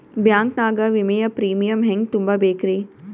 Bank ನಾಗ ವಿಮೆಯ premium ಹೆಂಗ್ ತುಂಬಾ ಬೇಕ್ರಿ?